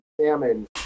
salmon